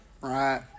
Right